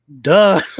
duh